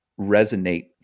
resonate